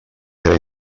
era